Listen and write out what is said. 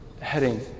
heading